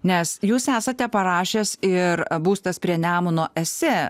nes jūs esate parašęs ir būstas prie nemuno esė